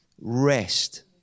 rest